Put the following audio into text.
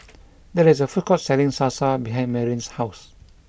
there is a food court selling Salsa behind Marianne's house